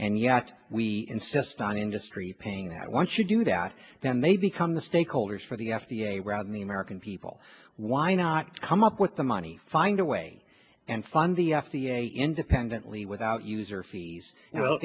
and yet we insist on industry paying that once you do that then they become the stakeholders for the f d a around the american people why not come up with the money find a way and fund the f d a independently without user fees well